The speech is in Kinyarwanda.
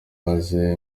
maze